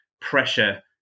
pressure